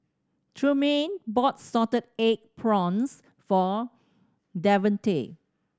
Trumaine bought salted egg prawns for Devontae